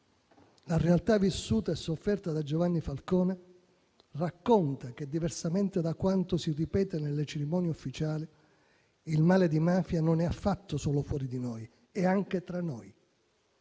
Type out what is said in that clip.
La realtà vissuta e sofferta da Giovanni Falcone racconta che, diversamente da quanto si ripete nelle cerimonie ufficiali, il male di mafia non è affatto solo fuori di noi, è anche tra noi.